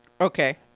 Okay